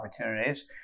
opportunities